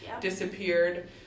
disappeared